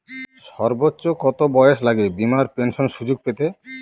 সর্বোচ্চ কত বয়স লাগে বীমার পেনশন সুযোগ পেতে?